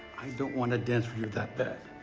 i don't wanna dance with you that bad.